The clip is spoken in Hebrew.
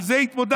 על זה התמודדת,